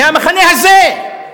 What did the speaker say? מהמחנה הזה.